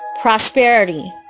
prosperity